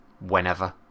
whenever